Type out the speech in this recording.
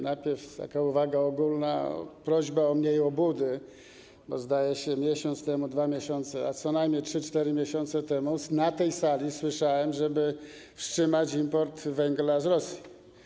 Najpierw taka uwaga ogólna - prośba o mniej obłudy, bo zdaje się miesiąc temu, 2 miesiące, a co najmniej 3, 4 miesiące temu na tej sali słyszałem, żeby wstrzymać import węgla z Rosji.